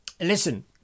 Listen